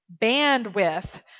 bandwidth